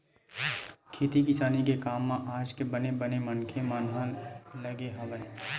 खेती किसानी के काम म आज बने बने मनखे मन ह लगे हवय